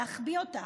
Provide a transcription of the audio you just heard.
להחביא אותה,